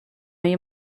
you